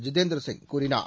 ஜிதேந்திர சிங் கூறினார்